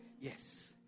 Yes